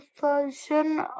version